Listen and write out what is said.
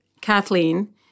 Kathleen